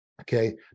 okay